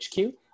HQ